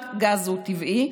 רק גז הוא טבעי,